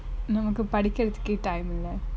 நமக்கு படிக்கருத்துகெ:namakku padikarathuke time இல்ல:ille